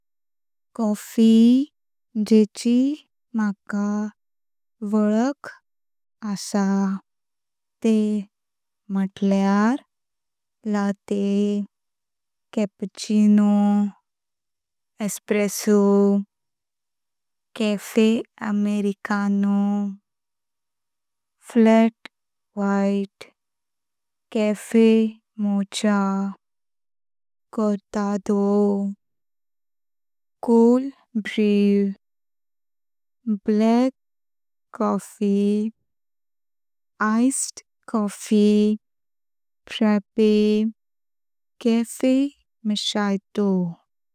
कॉफी जेची माका वलख असा ते म्हुटल्यार latte, cappuccino, espresso, cafe americano. Flat white, cafe mocha, cortado, cold brew, black coffee, iced coffee, frappe, cafe macchiato.